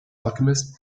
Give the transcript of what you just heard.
alchemist